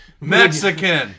Mexican